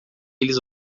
eles